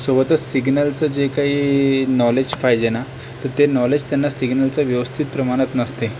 सोबतच सिग्नलचं जे काही नॉलेज पाहिजे ना तर ते नॉलेज त्यांना सिग्नलचं व्यवस्थित प्रमाणात नसते